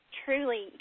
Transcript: truly